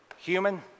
Human